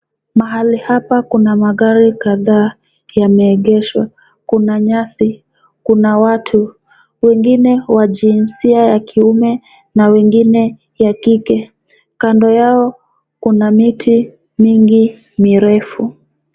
Mahali hapa kuna magari kadhaa yameegeshwa, kuna nyasi, kuna watu wengine wa jinsia ya kiume na wengine ya kike. Kando yao kuna miti mingi mirefu.